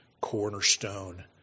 cornerstone